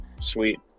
Sweet